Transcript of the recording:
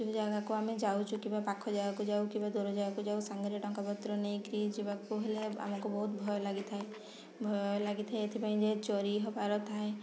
ଯେଉଁ ଜାଗାକୁ ଆମେ ଯାଉଛୁ କିବା ପାଖ ଜାଗାକୁ ଯାଉ କିବା ଦୂର ଜାଗାକୁ ଯାଉ ସାଙ୍ଗରେ ଟଙ୍କା ପତ୍ର ନେଇକରି ଯିବାକୁ ହେଲେ ଆମକୁ ବହୁତ ଭୟ ଲାଗିଥାଏ ଭୟ ଲାଗିଥାଏ ଏଥିପାଇଁ ଯେ ଚୋରି ହେବାର ଥାଏ